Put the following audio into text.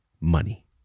money